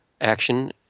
action